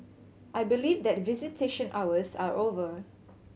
I believe that visitation hours are over